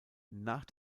nach